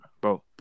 Bro